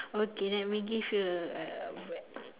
okay let me give you a